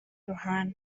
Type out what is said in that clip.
lohan